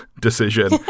decision